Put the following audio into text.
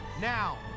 now